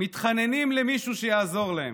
הם מתחננים למישהו שיעזור להם,